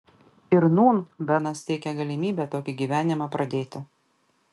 ir nūn benas teikia galimybę tokį gyvenimą pradėti